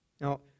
Now